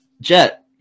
Jet